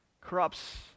corrupts